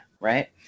right